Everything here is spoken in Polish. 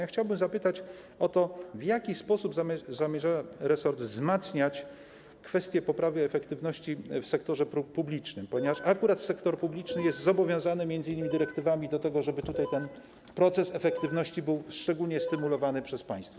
Ja chciałbym zapytać o to, w jaki sposób resort zamierza wzmacniać kwestie poprawy efektywności w sektorze publicznym, ponieważ akurat sektor publiczny jest zobowiązany m.in. dyrektywami do tego, żeby tutaj ten proces efektywności był szczególnie stymulowany przez państwo.